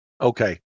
Okay